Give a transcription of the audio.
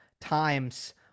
times